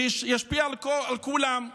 זה ישפיע על כולם.